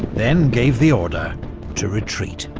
then gave the order to retreat.